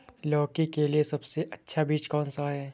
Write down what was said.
लौकी के लिए सबसे अच्छा बीज कौन सा है?